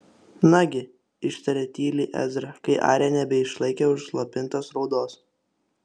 nagi ištarė tyliai ezra kai arija nebeišlaikė užslopintos raudos